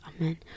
amen